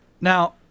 Now